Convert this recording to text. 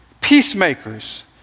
peacemakers